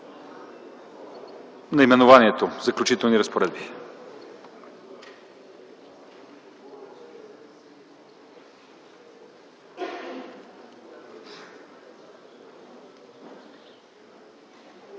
наименованието „Заключителни разпоредби”.